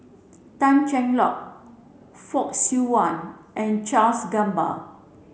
Tan Cheng Lock Fock Siew Wah and Charles Gamba